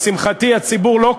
לשמחתי, הציבור לא קונה,